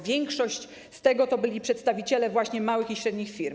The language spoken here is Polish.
Większość z tego to byli przedstawiciele właśnie małych i średnich firm.